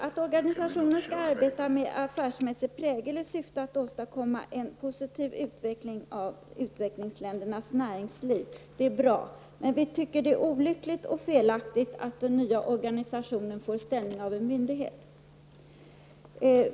Att organisationen skall arbeta med affärsmässig prägel i syfte att åstadkomma en positiv utveckling av utvecklingsländernas näringsliv är bra, men vi tycker att det är olyckligt och felaktigt att den nya organisationen får ställning av myndighet.